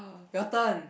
your turn